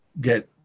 get